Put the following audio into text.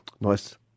Nice